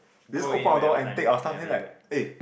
they just open our door and take our stuff then like eh